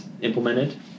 implemented